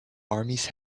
armies